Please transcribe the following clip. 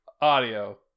audio